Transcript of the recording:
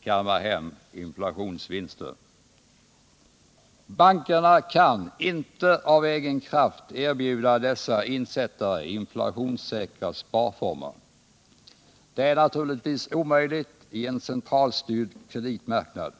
kammar hem sina inflationsvinster. Bankerna kan inte av egen kraft erbjuda dessa insättare inflationssäkra sparformer. Det är givetvis omöjligt i en så centralstyrd kreditmarknad som vi har i vårt land.